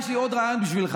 יכול להיות.